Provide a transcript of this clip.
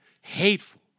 hateful